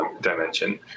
dimension